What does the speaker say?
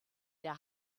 der